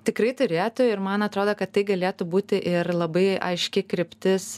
tikrai turėtų ir man atrodo kad tai galėtų būti ir labai aiški kryptis